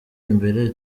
imbere